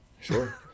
Sure